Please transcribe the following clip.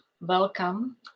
welcome